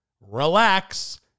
relax